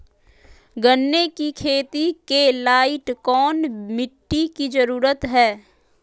गन्ने की खेती के लाइट कौन मिट्टी की जरूरत है?